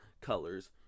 colors